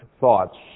thoughts